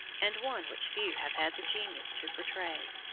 and one which few have had the genius to portray.